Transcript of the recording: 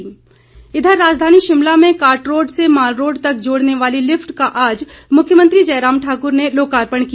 lift शुभारंभ इधर राजधानी शिमला में कार्टरोड़ से मालरोड़ तक जोड़ने वाली लिफ़ट का आज मुख्यमंत्री जयराम ठाक्र ने लोकार्पण किया